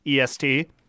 est